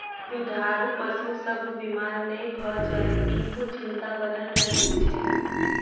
दूधारू पशु सभ बीमार नै भ जाय, ईहो चिंता बनल रहैत छै